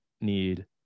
need